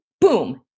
boom